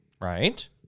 right